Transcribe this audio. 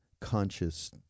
conscious